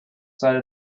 side